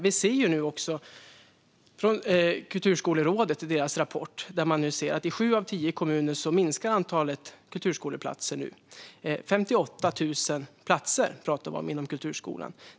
I Kulturskolerådets rapport säger man att i sju av tio kommuner minskar nu antalet kulturskoleplatser - man pratar om 58 000 platser.